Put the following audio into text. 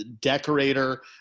decorator